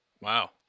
Wow